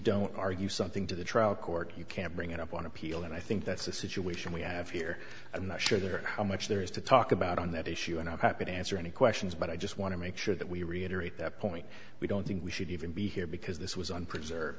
don't argue something to the trial court you can't bring it up on appeal and i think that's the situation we have here i'm not sure how much there is to talk about on that issue and i'm happy to answer any questions but i just want to make sure that we reiterate that point we don't think we should even be here because this was on preserve